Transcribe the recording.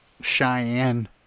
Cheyenne